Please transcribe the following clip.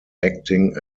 acting